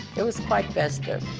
it was quite festive.